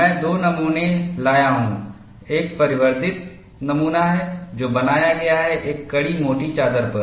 मैं 2 नमूने लाया हूं एक परिवर्धित नमूना है जो बनाया गया है एक कड़ी मोटी चादर पर